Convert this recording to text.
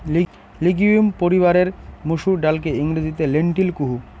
legume পরিবারের মসুর ডালকে ইংরেজিতে লেন্টিল কুহ